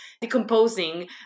Decomposing